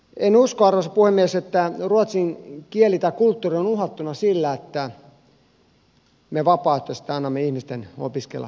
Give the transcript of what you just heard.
en usko arvoisa puhemies että ruotsin kieli tai kulttuuri on uhattuna sillä että me vapaaehtoisesti annamme ihmisten opiskella kieltä mitä haluavat